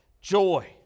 joy